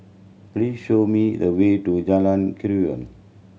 please show me the way to Jalan Keruing